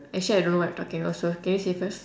actually I don't know what I talking also can you say first